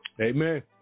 Amen